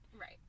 Right